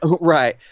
Right